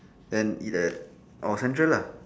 then eat at or central lah